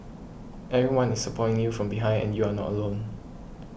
everyone is supporting you from behind and you are not alone